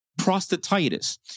Prostatitis